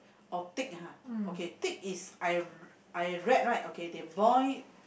oh thick ha okay thick is I I write right okay they boil